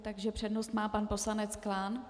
Takže přednost má pan poslanec Klán.